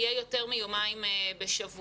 בבית הספר יותר מיומיים בשבוע.